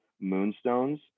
moonstones